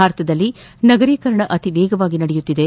ಭಾರತದಲ್ಲಿ ನಗರೀಕರಣ ಅತಿವೇಗವಾಗಿ ನಡೆಯುತ್ತಿದೆ